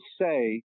say